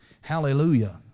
Hallelujah